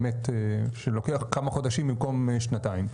באמת שלוקח כמה חודשים במקום שנתיים.